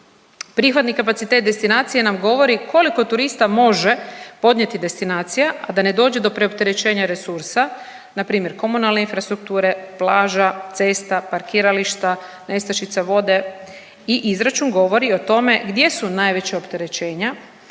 Prihvatni kapacitet destinacije nam govori koliko turista može podnijeti destinacija, a da ne dođe do preopterećenja resursa, npr. komunalne infrastrukture, plaža, cesta, parkirališta, nestašica vode i izračun govori o tome gdje su najveća opterećenja